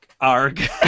ARG